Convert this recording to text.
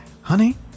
Honey